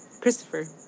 Christopher